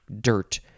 dirt